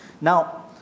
Now